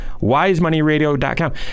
Wisemoneyradio.com